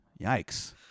Yikes